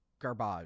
garbage